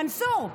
מנסור,